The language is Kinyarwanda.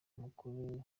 amakuru